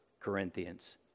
Corinthians